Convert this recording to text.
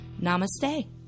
Namaste